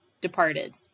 departed